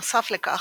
נוסף לכך,